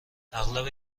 اغلب